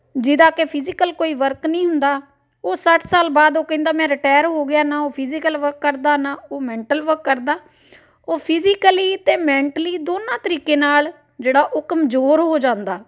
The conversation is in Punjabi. ਜਿਹਦਾ ਕਿ ਫਿਜੀਕਲ ਕੋਈ ਵਰਕ ਨਹੀਂ ਹੁੰਦਾ ਉਹ ਸੱਠ ਸਾਲ ਬਾਅਦ ਉਹ ਕਹਿੰਦਾ ਮੈਂ ਰਿਟਾਇਰ ਹੋ ਗਿਆ ਨਾ ਉਹ ਫਿਜੀਕਲ ਵਰਕ ਕਰਦਾ ਨਾ ਉਹ ਮੈਂਟਲ ਵਰਕ ਕਰਦਾ ਉਹ ਫਿਜੀਕਲੀ ਅਤੇ ਮੈਂਟਲੀ ਦੋਨਾਂ ਤਰੀਕੇ ਨਾਲ ਜਿਹੜਾ ਉਹ ਕਮਜ਼ੋਰ ਹੋ ਜਾਂਦਾ